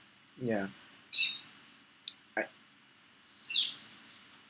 ya I